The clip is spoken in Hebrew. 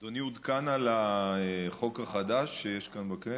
אדוני עודכן על החוק החדש שיש כאן בכנסת,